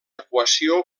equació